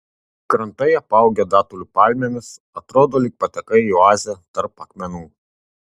krantai apaugę datulių palmėmis atrodo lyg patekai į oazę tarp akmenų